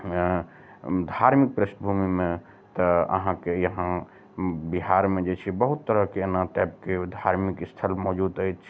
धार्मिक पृष्ठभूमिमे तऽ अहाँके यहाँ बिहारमे जे छै बहुत तरहके एना टाइपके धार्मिक स्थल मौजूद अछि